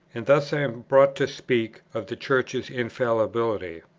and thus i am brought to speak of the church's infallibility,